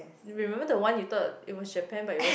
you remember the one you thought it was Japan but it was